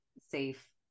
safe